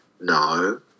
no